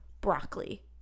broccoli